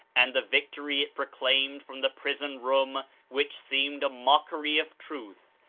and the victory it proclaimed from the prison room, which seemed a mockery of truth,